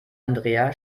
andrea